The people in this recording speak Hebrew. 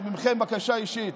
ומכם, בקשה אישית: